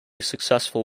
successful